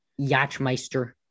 Yachtmeister